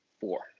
four